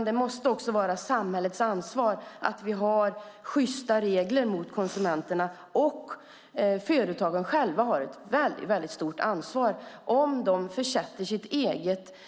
Det måste också vara samhällets ansvar att vi har sjysta regler mot konsumenterna, och företagen själva har ett väldigt stort ansvar för hur de använder sitt eget varumärke.